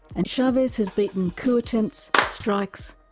and chavez has beaten coup attempts, strikes,